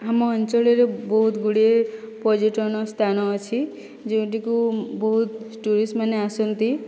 ଆମ ଅଞ୍ଚଳରେ ବହୁତଗୁଡ଼ିଏ ପର୍ଯ୍ୟଟନ ସ୍ଥାନ ଅଛି ଯେଉଁଠିକୁ ବହୁତ ଟୁରିଷ୍ଟମାନେ ଆସନ୍ତି